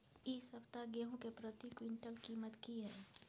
इ सप्ताह गेहूं के प्रति क्विंटल कीमत की हय?